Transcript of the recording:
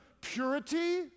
purity